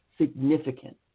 significant